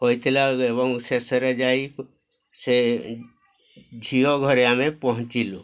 ହୋଇଥିଲା ଏବଂ ଶେଷରେ ଯାଇ ସେ ଝିଅ ଘରେ ଆମେ ପହଞ୍ଚିଲୁ